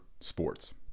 sports